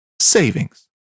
savings